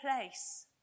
place